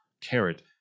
carrot